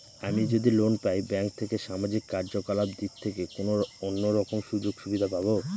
আমি যদি লোন পাই ব্যাংক থেকে সামাজিক কার্যকলাপ দিক থেকে কোনো অন্য রকম সুযোগ সুবিধা পাবো?